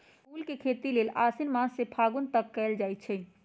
फूल के खेती लेल आशिन मास से फागुन तक कएल जाइ छइ